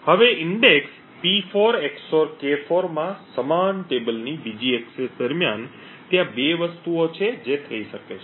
હવે index P4 XOR K4 માં સમાન ટેબલની બીજી એક્સેસ દરમિયાન ત્યાં 2 વસ્તુઓ છે જે થઈ શકે છે